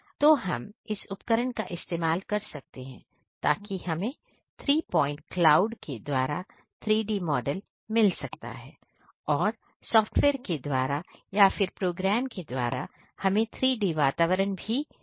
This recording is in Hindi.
तो हम इस उपकरण का इस्तेमाल कर सकते हैं ताकि हमें 3 प्वाइंट क्लाउड के द्वारा 3D मॉडल मिल सकता है और सॉफ्टवेयर के द्वारा या फिर प्रोग्राम के द्वारा हमें 3D वातावरण मिल सकता है